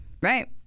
right